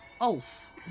Ulf